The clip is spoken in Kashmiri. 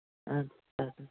اَدٕ حظ